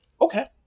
Okay